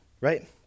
right